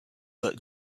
that